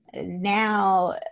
now